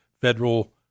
federal